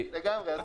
לגמרי.